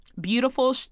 beautiful